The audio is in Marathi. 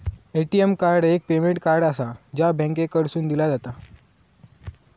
ए.टी.एम कार्ड एक पेमेंट कार्ड आसा, जा बँकेकडसून दिला जाता